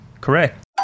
Correct